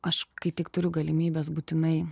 aš kai tik turiu galimybes būtinai